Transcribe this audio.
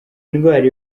indwara